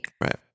Right